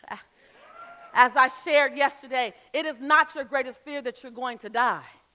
and as i shared yesterday, it is not your greatest fear that you're going to die.